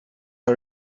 are